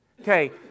Okay